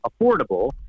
affordable